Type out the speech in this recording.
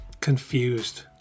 confused